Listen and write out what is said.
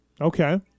Okay